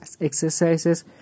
exercises